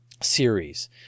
series